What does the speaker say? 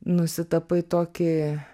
nusitapai tokį